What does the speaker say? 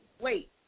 Wait